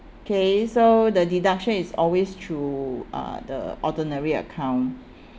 okay so the deduction is always through uh the ordinary account